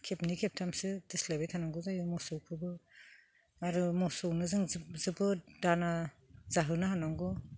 खेबनै खेबथामसो दोस्लायबाय थानांगौ जायो मोसौखौबो आरो मोसौनो जों जोबोद दाना जाहोनो हानांगौ